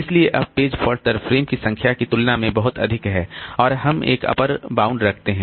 इसलिए जब page fault दर फ्रेम की संख्या की तुलना में बहुत अधिक है और हम एक अपर बाउंड रखते हैं